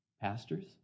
Pastors